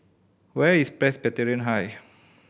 where is Presbyterian High